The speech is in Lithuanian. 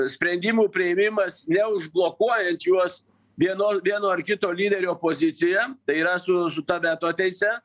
sprendimų priėmimas neužblokuojant juos vieno vieno ar kito lyderio pozicija tai yra su su ta veto teise